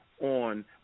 on